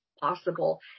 possible